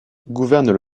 gouvernent